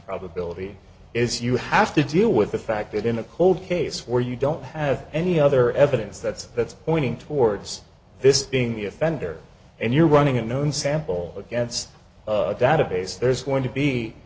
probability is you have to deal with the fact that in a cold case where you don't have any other evidence that's that's pointing towards this being the offender and you're running a known sample against a database there's going to be